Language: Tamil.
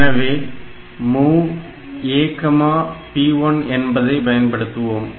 எனவே MOV AP1 என்பதை பயன்படுத்துவோம்